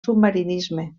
submarinisme